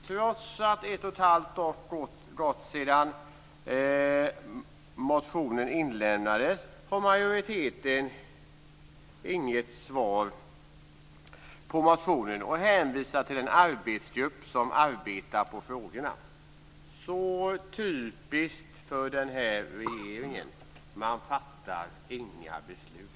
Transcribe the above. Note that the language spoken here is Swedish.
Trots att ett och ett halvt år gått sedan motionen inlämnades har majoriteten inget svar på motionen utan hänvisar till den arbetsgrupp som arbetar med frågorna. Det är så typiskt för den här regeringen: den fattar inga beslut.